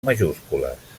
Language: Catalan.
majúscules